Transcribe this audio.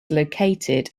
located